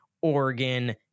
Oregon